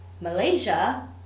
Malaysia-